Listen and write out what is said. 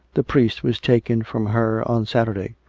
the priest was taken from her on saturday,